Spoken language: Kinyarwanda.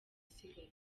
isigaye